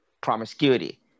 promiscuity